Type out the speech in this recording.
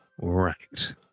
Right